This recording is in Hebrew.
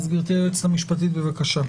גברתי היועצת המשפטית, בבקשה.